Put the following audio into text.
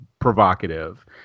provocative